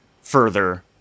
further